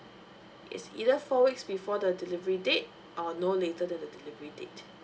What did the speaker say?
it's either four weeks before the delivery date or no later than the delivery date